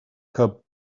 cub